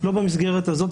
יש הסדרים רבים.